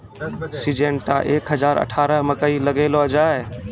Syngenta एक हजार अठारह मकई लगैलो जाय?